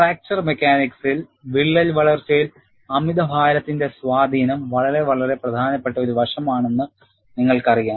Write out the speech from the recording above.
fracture മെക്കാനിക്സിൽ വിള്ളൽ വളർച്ചയിൽ അമിതഭാരത്തിന്റെ സ്വാധീനം വളരെ വളരെ പ്രധാനപ്പെട്ട ഒരു വശമാണെന്ന് നിങ്ങൾക്കറിയാം